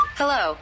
hello